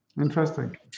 Interesting